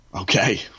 okay